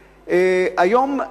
היום,